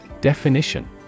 Definition